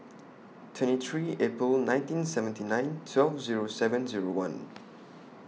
twenty three April nineteen seventy nine twelve Zero seven Zero one